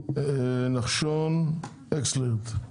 נחשון אקסלרד.